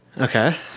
Okay